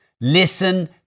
Listen